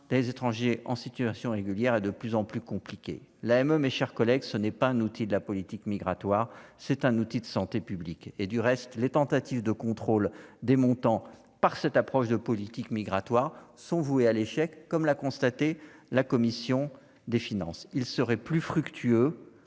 des étrangers en situation régulière et de plus en plus compliqué l'AME, mes chers collègues, ce n'est pas un outil de la politique migratoire, c'est un outil de santé publique et du reste, les tentatives de contrôle des montants par cette approche de politique migratoire sont vouées à l'échec, comme l'a constaté : la commission des finances, il serait plus fructueux